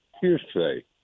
hearsay